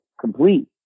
complete